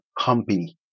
company